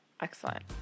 Excellent